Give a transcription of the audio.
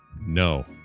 No